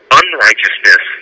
unrighteousness